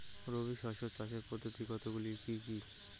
রবি শস্য চাষের পদ্ধতি কতগুলি কি কি?